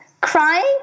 crying